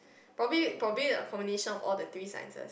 probably probably the combination of all three sciences